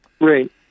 Right